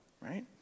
right